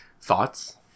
thoughts